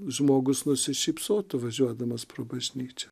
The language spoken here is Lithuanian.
žmogus nusišypsotų važiuodamas pro bažnyčią